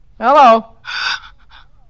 Hello